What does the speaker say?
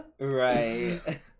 Right